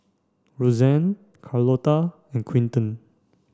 Roseanne Carlota and Quintin